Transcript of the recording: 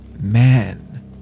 man